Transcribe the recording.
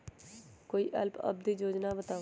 कोई अल्प अवधि योजना बताऊ?